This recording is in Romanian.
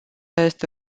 este